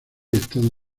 estados